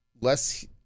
less